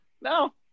no